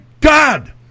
God